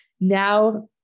Now